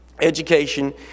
education